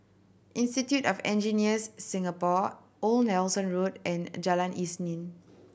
Institute of Engineers Singapore Old Nelson Road and Jalan Isnin